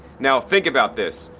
now, think about this,